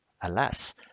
Alas